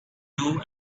blue